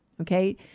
Okay